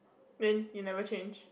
then you never change